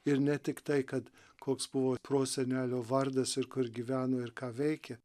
ir ne tik tai kad koks buvo prosenelio vardas ir kur gyveno ir ką veikė